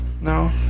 No